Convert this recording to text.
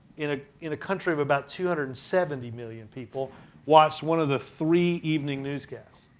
in ah in a country of about two hundred and seventy million people watched one of the three evening newscasts.